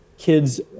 Kids